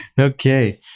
Okay